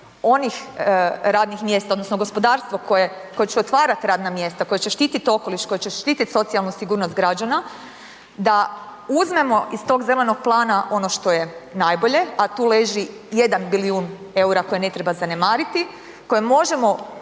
onih radnih mjesta odnosno gospodarstvo koje će otvarat radna mjesta, koja će štitit okoliš, koja će štitit socijalnu sigurnost građana, da uzmemo iz tog zelenog plana ono što je najbolje a tu leži 1 bilijun eura koje ne treba zanemariti, koje možemo